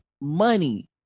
money